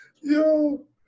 Yo